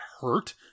hurt